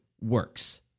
works